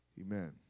Amen